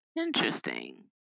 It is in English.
Interesting